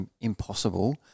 impossible